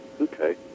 Okay